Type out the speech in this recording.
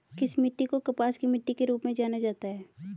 किस मिट्टी को कपास की मिट्टी के रूप में जाना जाता है?